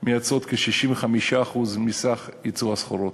מייצאות כ-65% מסך יצוא הסחורות.